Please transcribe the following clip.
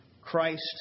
Christ